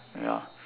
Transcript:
ya